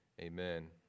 amen